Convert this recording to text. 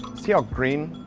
see how green